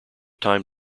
time